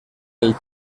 del